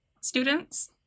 students